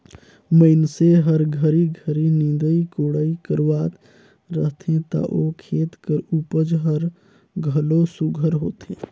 मइनसे हर घरी घरी निंदई कोड़ई करवात रहथे ता ओ खेत कर उपज हर घलो सुग्घर होथे